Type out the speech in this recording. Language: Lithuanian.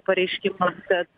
pareiškimą kad